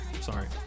Sorry